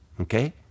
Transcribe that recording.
Okay